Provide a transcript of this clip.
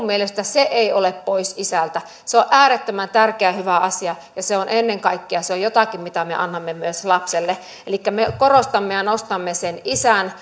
mielestäni se ei ole pois isältä se on äärettömän tärkeä ja hyvä asia ja se on ennen kaikkea jotakin mitä me annamme myös lapselle elikkä me korostamme ja nostamme sen isän